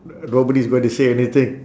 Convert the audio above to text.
no~ nobody is going to say anything